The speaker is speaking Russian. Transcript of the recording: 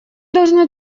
должны